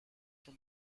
from